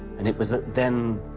and it was then,